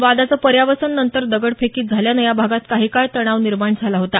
वादाचं पर्यावसन नंतर दगडफेकीत झाल्यानं या भागात काही काळ तणाव निर्माण झाला होता